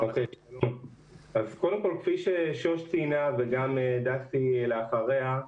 קודם כל, כפי שציינה שוש וגם דסי אחריה,